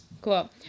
Cool